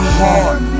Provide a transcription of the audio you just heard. heart